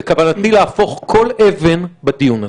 בכוונתי להפוך כל אבן בדיון הזה.